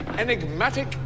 enigmatic